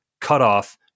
cutoff